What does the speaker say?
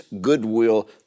goodwill